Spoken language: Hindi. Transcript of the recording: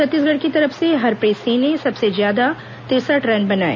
छत्तीसगढ़ की तरफ से हरप्रीत सिंह ने सबसे ज्यादा तिरसठ रन बनाए